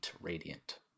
radiant